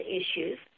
issues